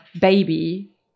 baby